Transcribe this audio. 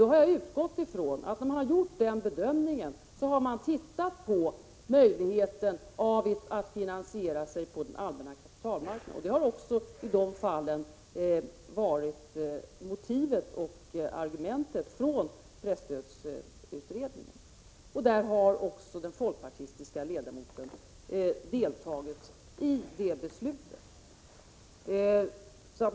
Då har jag utgått ifrån att man vid bedömningen har sett på möjligheten att finansiera det hela på den allmänna kapitalmarknaden. Detta har också i de här fallen varit argumentet från presstödsutredningens sida. Här har också den folkpartistiska ledamoten ställt sig bakom beslutet.